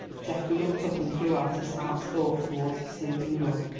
geoffrey looked up and threw out his heart's thought towards his sleeping love.